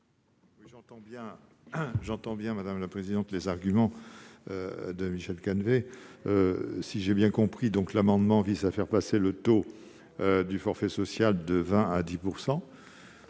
J'entends bien les arguments de Michel Canevet. Si j'ai bien compris, l'amendement vise à faire passer le taux du forfait social de 20 % à 10 %.